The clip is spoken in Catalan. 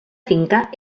finca